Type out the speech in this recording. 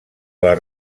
les